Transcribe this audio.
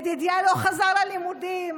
ידידיה לא חזר ללימודים.